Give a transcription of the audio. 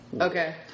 Okay